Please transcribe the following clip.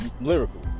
Lyrical